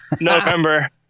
November